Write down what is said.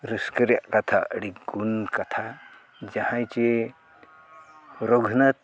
ᱨᱟᱹᱥᱠᱟᱹ ᱨᱮᱭᱟᱜ ᱠᱟᱛᱷᱟ ᱟᱹᱰᱤ ᱜᱩᱱ ᱠᱟᱛᱷᱟ ᱡᱟᱦᱟᱸᱭ ᱡᱮ ᱨᱚᱜᱷᱩᱱᱟᱛᱷ